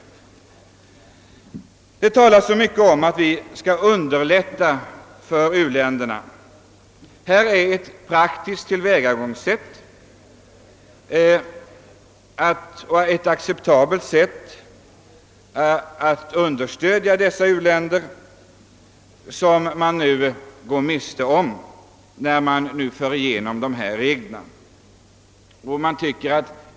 Det talas mycket om att vi skall understödja u-länderna. Här finns ett tillfälle att i praktiken på ett acceptabelt sätt göra detta.